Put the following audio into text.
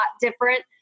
different